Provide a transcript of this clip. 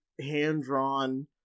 hand-drawn